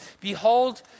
Behold